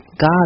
God